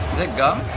that gum?